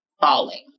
falling